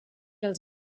els